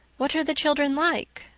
what are the children like?